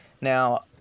Now